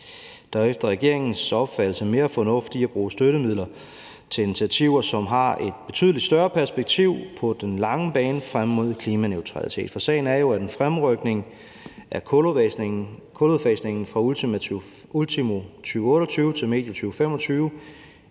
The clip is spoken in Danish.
er efter regeringens opfattelse mere fornuft i at bruge støttemidler til initiativer, som på den lange bane har et betydeligt større perspektiv frem mod klimaneutralitet. Sagen er jo, at en fremrykning af kuludfasningen fra ultimo 2028 til medio 2025